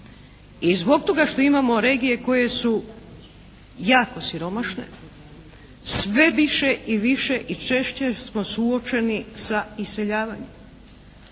I zbog toga što imamo regije koje su jako siromašne, sve više i više i češće smo suočeni sa iseljavanjem.